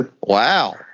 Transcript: Wow